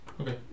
okay